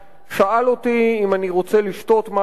שאל אותי אם אני רוצה לשתות משהו,